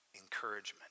encouragement